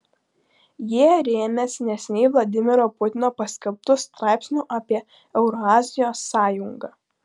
jie rėmėsi neseniai vladimiro putino paskelbtu straipsniu apie eurazijos sąjungą